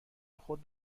خود